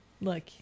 look